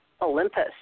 Olympus